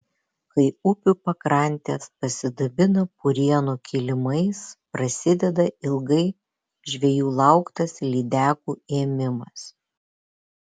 kai upių pakrantės pasidabina purienų kilimais prasideda ilgai žvejų lauktas lydekų ėmimas